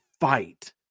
fight